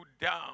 down